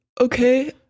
Okay